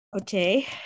Okay